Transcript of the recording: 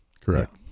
Correct